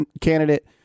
candidate